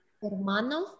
Hermano